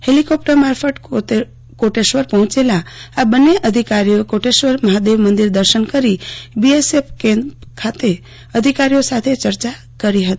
helicopter મારફત કોટેશ્વર પહોંચેલા આ બન્ને અધિકારીઓએ કોટેશ્વર મહાદેવ મંદિરે દર્શન કરી બીએસએફ કેમ્પ ખાતે અધિકારીઓ સાથે ચર્ચા કરી હતી